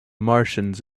martians